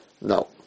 No